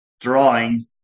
drawing